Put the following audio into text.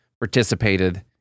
participated